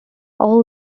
all